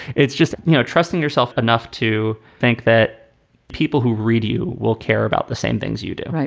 it's just, you know, trusting yourself enough to think that people who read you will care about the same things you do.